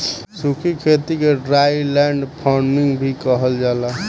सूखी खेती के ड्राईलैंड फार्मिंग भी कहल जाला